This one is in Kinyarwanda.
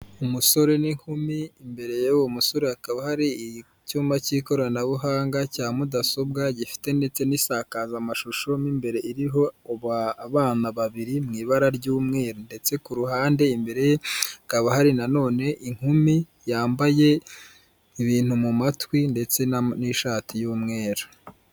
Umusore n'inkumi imbere y'uwo musore hakaba hari icyuma cy'ikoranabuhanga cya mudasobwa, gifite ndetse n'isakazamashusho, mo imbere iriho abana babiri mu ibara ry'umweru ndetse ku ruhande imbere ye hakaba hari na none, inkumi yambaye ibintu mu matwi ndetse n'ishati y'umweru.